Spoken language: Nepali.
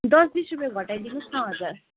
दस बिस रुपियाँ घटाइदिनुस् न हजुर